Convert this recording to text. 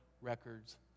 records